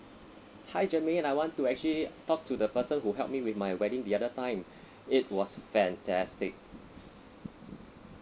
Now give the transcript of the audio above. hi germaine I want to actually talk to the person who help me with my wedding the other time it was fantastic